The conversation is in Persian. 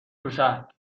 تشک